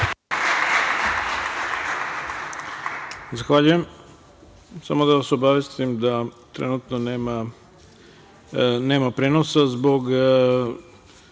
Zahvaljujem. Samo da vas obavestim da trenutno nema prenosa zbog